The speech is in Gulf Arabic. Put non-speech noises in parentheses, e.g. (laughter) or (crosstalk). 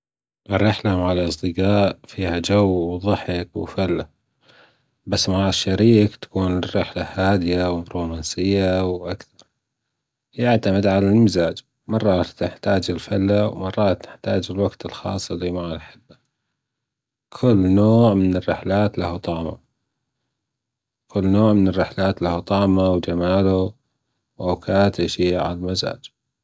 الرحلة مع الأصدقاء فيها جووضحك وفلا بس مع الشريك تكون الرحلة هادية ورومانسيه وأكثر يعتمد على المزاج مره تحتاج الفلا ومره تحتاج الوقت الخاص اللى مع الأحبة كل نوع من الرحلات لة طعمة كل نوع من الرحلات لة طعمة وجمالة. (hesitation) وشئ على المزاج